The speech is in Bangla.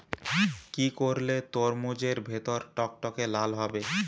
কি করলে তরমুজ এর ভেতর টকটকে লাল হবে?